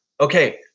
okay